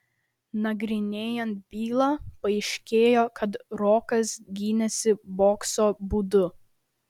nagrinėjant bylą paaiškėjo kad rokas gynėsi bokso būdu